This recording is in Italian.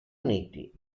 uniti